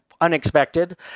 unexpected